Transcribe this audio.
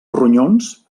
ronyons